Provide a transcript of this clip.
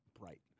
bright